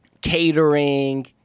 catering